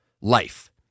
life